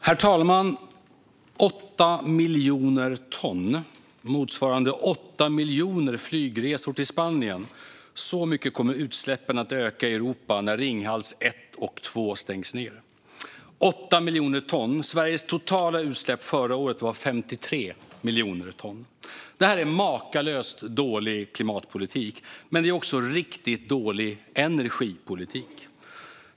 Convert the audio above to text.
Herr talman! Utsläppen i Europa kommer att öka med 8 miljoner ton, motsvarande 8 miljoner flygresor till Spanien, när Ringhals 1 och 2 stängs. Sveriges totala utsläpp förra året var 53 miljoner ton. Detta är makalöst dålig klimatpolitik, men det är också riktigt dålig energipolitik.